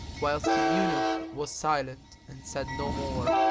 whilst the eunuch was silent and said no more.